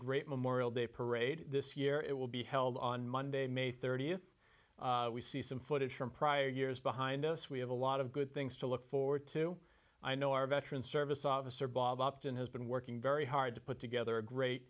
great memorial day parade this year it will be held on monday may thirtieth we see some footage from prior years behind us we have a lot of good things to look forward to i know our veterans service officer bob upton has been working very hard to put together a great